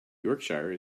yorkshire